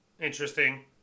interesting